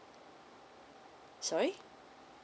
sorry